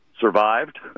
survived